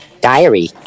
Diary